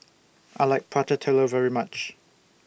I like Prata Telur very much